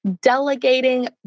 delegating